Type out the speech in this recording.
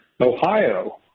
Ohio